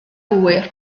ŵyr